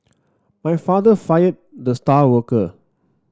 my father fired the star worker